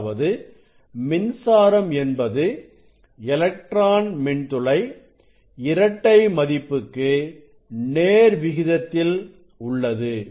அதாவது மின்சாரம் என்பது எலக்ட்ரான் மின்துளை இரட்டை மதிப்புக்கு நேர் விகிதத்தில் உள்ளது